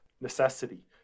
necessity